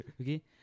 Okay